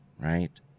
right